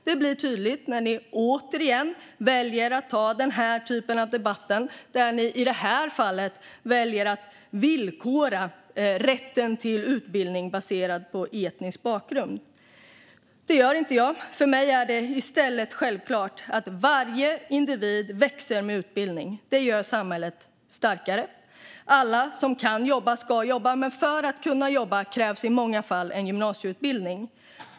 Det blir tydligt när ni återigen väljer att ta den typen av debatt där ni i det här fallet villkorar rätten till utbildning baserad på etnisk bakgrund. Detta gör inte jag. För mig är det i stället självklart att varje individ växer med utbildning. Det gör samhället starkare. Alla som kan jobba ska jobba, men för att kunna jobba krävs i många fall en gymnasieutbildning.